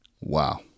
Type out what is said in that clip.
wow